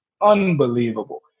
unbelievable